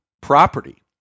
property